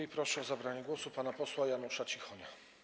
I proszę o zabranie głosu pana posła Janusza Cichonia.